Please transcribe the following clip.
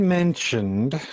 mentioned